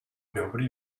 nobody